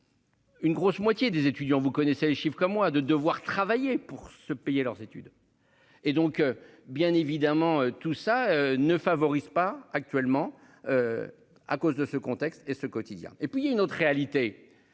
Une grosse moitié des étudiants, vous connaissez les chiffre comme moi de devoir travailler pour se payer leurs études. Et donc bien évidemment tout ça ne favorise pas actuellement. À cause de ce contexte et ce quotidien et puis il y a une autre réalité.